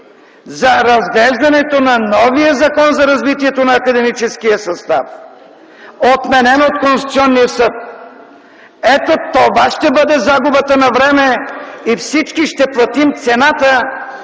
за разглеждането на новия Закон за развитието на академическия състав, отменен от Конституционния съд. Ето това ще бъде загубата на време и всички ще платим цената